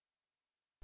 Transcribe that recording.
>S>